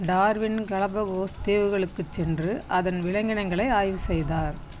Darwin Galapagos தீவுகளுக்குச் சென்று அதன் விலங்கினங்களை ஆய்வு செய்தார்